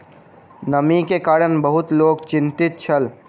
नमी के कारण बहुत लोक चिंतित छल